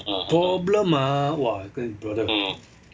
problem ah !wah! I tell you brother